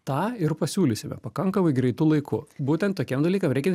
tą ir pasiūlysime pakankamai greitu laiku būtent tokiem dalykam reikia